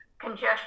congestion